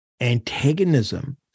antagonism